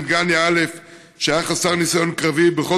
בן דגניה א' שהיה חסר ניסיון קרבי ובכל